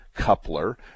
coupler